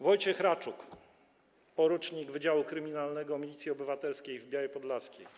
Wojciech Raczuk, porucznik Wydziału Kryminalnego Milicji Obywatelskiej w Białej Podlaskiej.